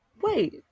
Wait